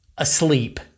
asleep